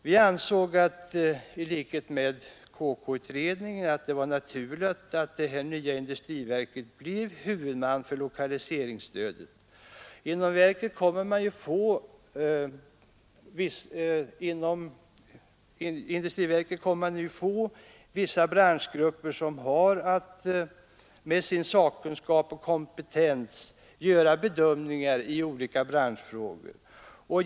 Vi ansåg i likhet med KK-utredningen att det var naturligt att det nya industriverket blev huvudman för lokaliseringsstödet. Inom industriverket kommer man att få vissa branschgrupper som har att med sin sakkunskap och kompetens göra bedömningar i olika branschfrågor.